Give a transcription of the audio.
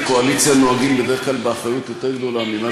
בקואליציה נוהגים בדרך כלל באחריות יותר גדולה ממה